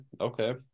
Okay